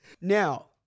Now